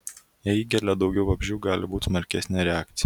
jei įgelia daugiau vabzdžių gali būti smarkesnė reakcija